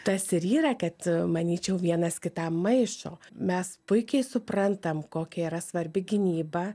tas ir yra kad manyčiau vienas kitam maišo mes puikiai suprantam kokia yra svarbi gynyba